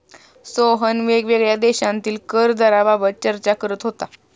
सोहन वेगवेगळ्या देशांतील कर दराबाबत चर्चा करत होता